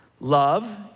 Love